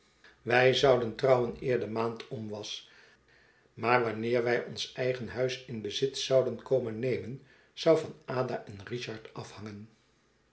wij zouden trouwen eer de maand om was maar wanneer wij ons eigen huis in bezit zouden komen nemen zou van ada en richard afhangen